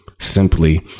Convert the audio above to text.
Simply